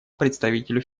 представителю